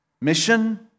Mission